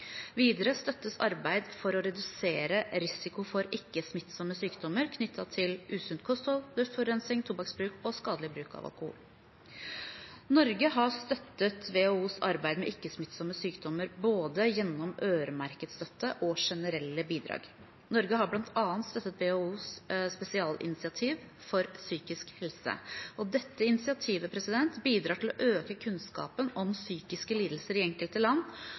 Videre støttes arbeid for å redusere risiko for ikke-smittsomme sykdommer knyttet til usunt kosthold, luftforurensning, tobakksbruk og skadelig bruk av alkohol. Norge har støttet WHOs arbeid med ikke-smittsomme sykdommer gjennom både øremerket støtte og generelle bidrag. Norge har bl.a. støttet WHOs spesialinitiativ for psykisk helse. Dette initiativet bidrar til å øke kunnskapen om psykiske lidelser i enkelte land,